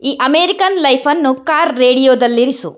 ಈ ಅಮೇರಿಕನ್ ಲೈಫನ್ನು ಕಾರ್ ರೇಡಿಯೊದಲ್ಲಿರಿಸು